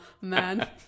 man